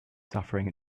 suffering